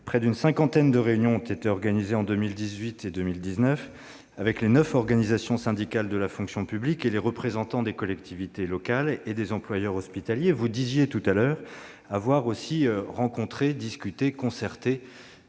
près d'une cinquantaine de réunions ont été organisées en 2018 et au début de 2019 avec les neuf organisations syndicales de la fonction publique et les représentants des collectivités locales et des employeurs hospitaliers. Vous disiez avoir également rencontré, dans un esprit